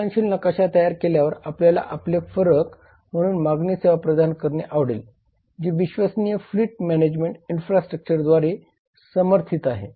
आकलनशील नकाशा तयार केल्यावर आपल्याला आपला फरक म्हणून मागणी सेवा प्रदान करणे आवडेल जे विश्वसनीय फ्लीट मॅनेजमेंट इन्फ्रास्ट्रक्चरद्वारे समर्थित आहे